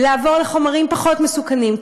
לעבור לחומרים פחות מסוכנים.